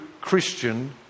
Christian